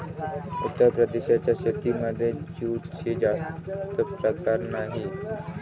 उत्तर प्रदेशाच्या शेतीमध्ये जूटचे जास्त प्रकार नाही